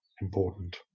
important